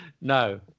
no